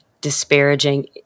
disparaging